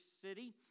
city